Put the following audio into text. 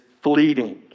fleeting